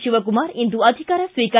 ಶಿವಕುಮಾರ್ ಇಂದು ಅಧಿಕಾರ ಸ್ವೀಕಾರ